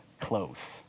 close